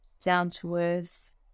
down-to-earth